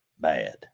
bad